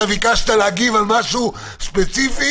אתה ביקשת להגיב על משהו ספציפי.